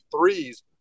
threes